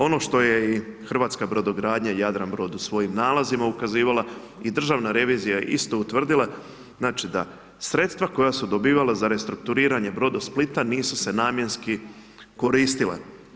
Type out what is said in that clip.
Ono što je i Hrvatska brodogradnja i Jadranbrod u svojim nalazima ukazivala i Državna revizija isto utvrdila, znači da, sredstva koja su dobivala za restrukturiranje Brodosplita, nisu se namjenski koristile.